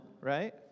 right